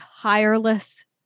tireless